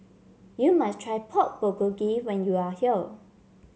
you must try Pork Bulgogi when you are here